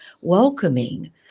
welcoming